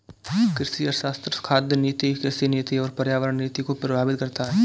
कृषि अर्थशास्त्र खाद्य नीति, कृषि नीति और पर्यावरण नीति को प्रभावित करता है